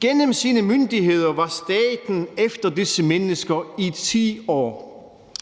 Gennem sine myndigheder var staten efter disse mennesker i 10 år.